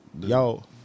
y'all